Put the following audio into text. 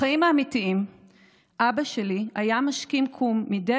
בחיים האמיתיים אבא שלי היה משכים קום מדי